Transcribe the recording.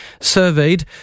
surveyed